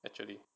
actually